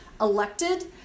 elected